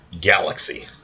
galaxy